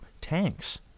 tanks